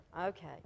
Okay